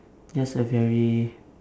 that's like very